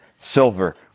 silver